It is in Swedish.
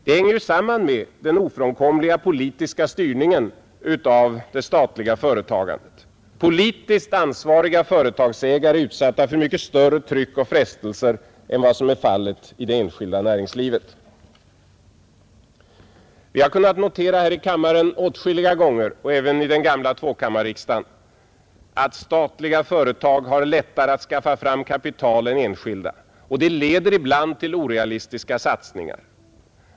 Det hänger samman med den ofrånkomliga politiska styrningen av det statliga företagandet. Politiskt ansvariga företagsägare är utsatta för mycket större tryck och frestelser än vad som är fallet i det enskilda näringslivet. Vi har kunnat notera här i kammaren åtskilliga gånger, och även i den gamla tvåkammarriksdagen, att statliga företag har lättare att skaffa fram kapital än enskilda, och det leder ibland till orealistiska satsningar.